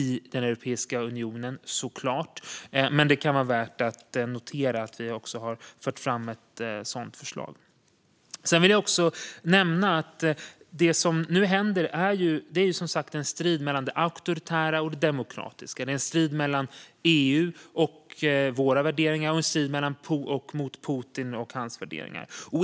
Det är positivt att hela utrikesutskottet, och förhoppningsvis hela riksdagen, ställer sig bakom detta utlåtande. Det som nu sker är en strid mellan det auktoritära och det demokratiska - en strid mellan EU och våra värderingar mot Putin och hans värderingar.